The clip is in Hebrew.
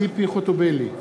ציפי חוטובלי,